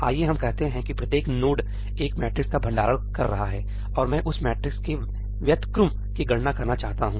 आइए हम कहते हैं कि प्रत्येक नोड एक मैट्रिक्स का भंडारण कर रहा है और मैं उस मैट्रिक्स के व्युत्क्रम की गणना करना चाहता हूं